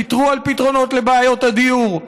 אתה חושב שאנשים ויתרו על פתרונות לבעיות הדיור?